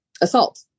assault